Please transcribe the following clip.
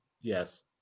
yes